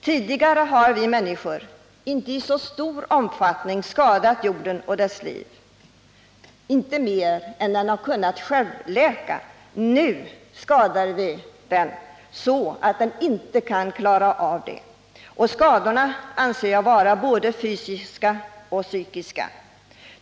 Tidigare har vi människor inte skadat jorden och dess liv mer än att skadorna kunnat självläka. Nu skadar vi den så, att den inte klarar det. Skadorna är av både fysisk och psykisk art.